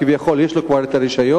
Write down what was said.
כי כביכול יש לו כבר רשיון,